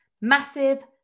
Massive